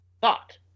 thought